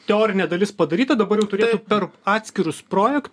teorinė dalis padaryta dabar jau turėtų per atskirus projektus